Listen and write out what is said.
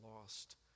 lost